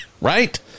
Right